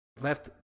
left